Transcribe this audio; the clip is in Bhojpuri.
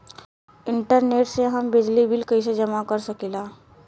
इंटरनेट से हम बिजली बिल कइसे जमा कर सकी ला?